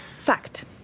Fact